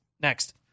next